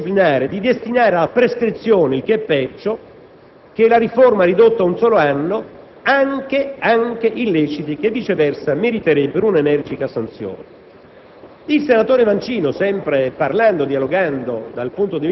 con la conseguenza di impantanare, a sua volta, la sezione disciplinare e di destinare alla prescrizione (il che è peggio), che la riforma ha ridotto ad un solo anno, anche illeciti che viceversa meriterebbero un'energica sanzione.